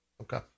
okay